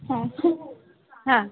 हां हां हां